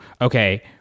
okay